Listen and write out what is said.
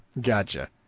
Gotcha